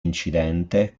incidente